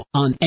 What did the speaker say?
on